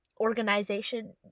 organization